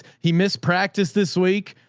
he missed practice this week.